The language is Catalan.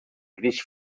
gris